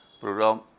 program